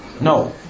No